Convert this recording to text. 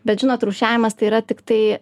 bet žinot rūšiavimas tai yra tiktai